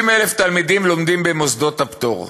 50,000 תלמידים לומדים במוסדות הפטור,